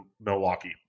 Milwaukee